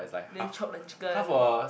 they chop the chicken